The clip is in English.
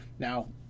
Now